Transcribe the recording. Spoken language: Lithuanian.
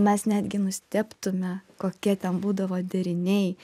mes netgi nustebtume kokie ten būdavo deriniai